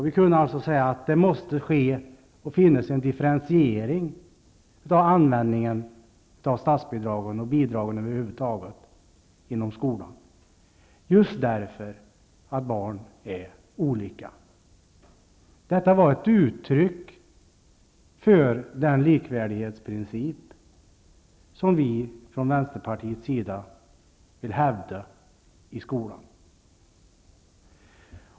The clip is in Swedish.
Vi kunde alltså säga att det måsta göras en differentiering av användningen av statsbidragen och av bidragen över huvud taget inom skolan just därför att barn är olika. Detta var ett uttryck för den likvärdighetsprincip som vi från Vänsterpartiets sida vill hävda i skolan.